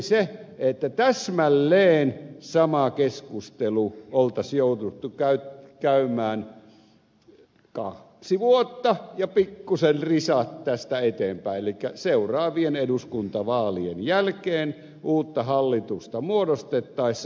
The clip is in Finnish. se että täsmälleen sama keskustelu olisi jouduttu käymään kaksi vuotta ja pikkuisen risat tästä eteenpäin elikkä seuraavien eduskuntavaalien jälkeen uutta hallitusta muodostettaessa